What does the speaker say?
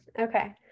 Okay